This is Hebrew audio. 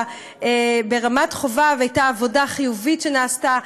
ברמת חובב הייתה עבודה חיובית שנעשתה,